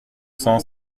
cent